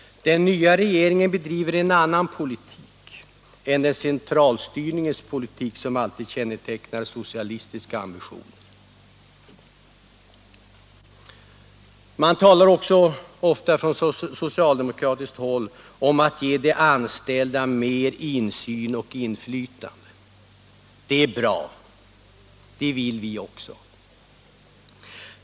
Den nya regeringen bedriverenannan = Nr 129 politik än den centralstyrningens politik som alltid kännetecknar socia Torsdagen den listiska ambitioner. 12 maj 1977 Man talar också ofta på socialdemokratiskt håll om att ge de anställda. LL mer insyn och inflytande. Det är bra. Det vill vi också.